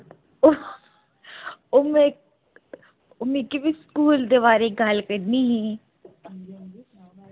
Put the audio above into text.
ओह् में ओह् मिकी बी स्कूल दे बारे गल्ल करनी ही